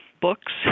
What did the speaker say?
books